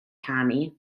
canu